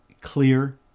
clear